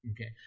Okay